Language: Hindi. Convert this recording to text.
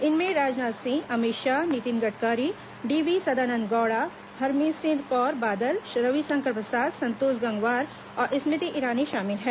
इनमें राजनाथ सिंह अमित शाह नितिन गडकरी डीवी सदानन्द गौड़ा हरसिमरत कौर बादल रविशंकर प्रसाद संतोष गंगवार और स्मृति ईरानी शामिल हैं